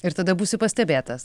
ir tada būsi pastebėtas